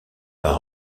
par